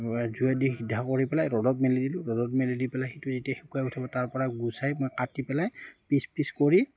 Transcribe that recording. জুয়ে দি সিদ্ধা কৰি পেলাই ৰ'দত মেলি দিলোঁ ৰ'দত মেলি দি পেলাই সেইটো যেতিয়া শকাই উঠাব তাৰপৰা গুচাই মই কাটি পেলাই পিচ পিচ কৰি